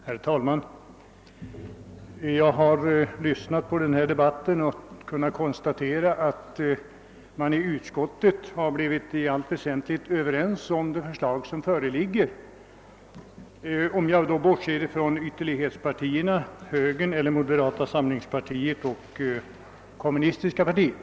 Herr talman! Jag har lyssnat till denna debatt och kunnat konstatera att man i utskottet i allt väsentligt blivit överens om det förslag som föreligger, om jag då bortser från ytterlighetspartierna, moderata samlingspartiet och vänsterpartiet kommunisterna.